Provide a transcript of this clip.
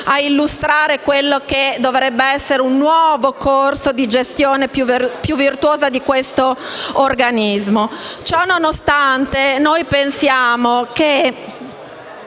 a illustrare quello che dovrebbe essere un nuovo corso di gestione più virtuosa dell'organismo. Ciononostante, noi pensiamo che